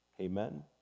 amen